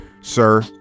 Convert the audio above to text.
sir